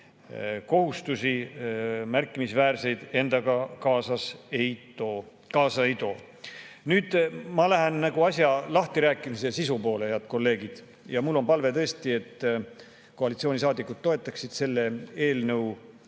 kohustusi endaga kaasa ei too. Nüüd ma lähen asja lahtirääkimise, sisu poole, head kolleegid. Ja mul on palve, tõesti, et koalitsioonisaadikud toetaksid selle eelnõu